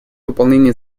выполнение